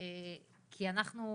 כי אנחנו,